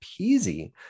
Peasy